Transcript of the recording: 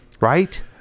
right